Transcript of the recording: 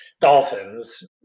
dolphins